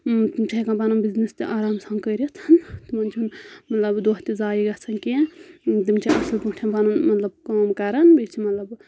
تِم چھِ ہؠکان پَنُن بِزنؠس تہِ آرام سان کٔرِتھ تِمَن چھُنہٕ مطلب دۄہ تہِ زایہِ گژھان کینٛہہ تِم چھِ اَصٕل پٲٹھۍ پَنُن مطلب کٲم کَران بیٚیہِ چھِ مطلب